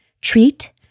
treat